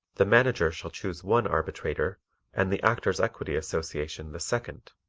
the manager shall choose one arbitrator and the actors' equity association the second.